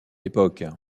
époque